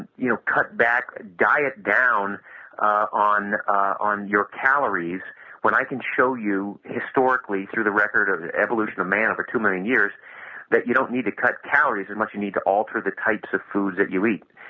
you you know, cut back diet down on on your calories when i can show you historically through the record of evolution of man over two million years that you don't need to cut calories, as and much you need to alter the types of food that you eat.